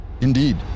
Indeed